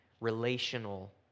relational